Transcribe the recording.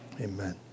Amen